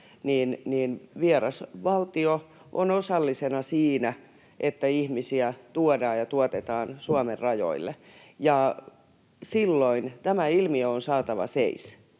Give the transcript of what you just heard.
niin vieras valtio on osallisena siinä, että ihmisiä tuodaan ja tuotetaan Suomen rajoille, ja silloin tämä ilmiö on saatava seis.